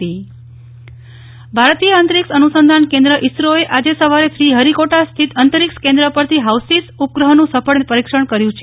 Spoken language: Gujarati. નેફ્લ ઠક્કર ઈસરો ભારતીય અંતરિક્ષ અનુસંધાન કેન્દ્ર ઈસરોએ આજે સવારે શ્રી હરિકોટા સ્થિત અંતરિક્ષ કેન્દ્ર પરથી હાઈસીસ ઉપગ્રહનું સફળ પરીક્ષણ કર્યું છે